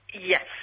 Yes